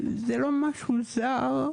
זה לא משהו זר.